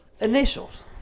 initials